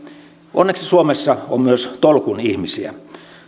onneksi suomessa on myös tolkun ihmisiä